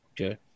Okay